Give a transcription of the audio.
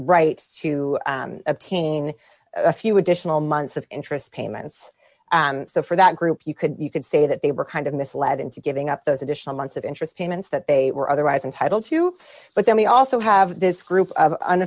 rights to obtain a few additional months of interest payments for that group you could you could say that they were kind of misled into giving up those additional months of interest payments that they were otherwise entitled to but then we also have this group of